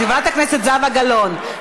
חברת הכנסת זהבה גלאון,